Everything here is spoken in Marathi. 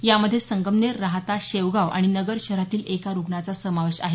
यामध्ये संगमनेर राहाता शेवगाव आणि नगर शहरातील एका रुग्णाचा समावेश आहे